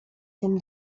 tym